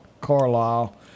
Carlisle